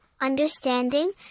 understanding